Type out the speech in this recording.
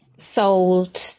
sold